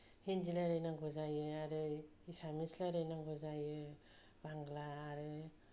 हिन्दी रायलायनांगौ जायो आरो एसामिस रायलायनांगौ जायो बांला आरो